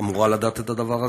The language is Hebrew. אמורה לדעת את הדבר הזה.